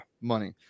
money